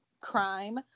crime